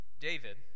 David